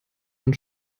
von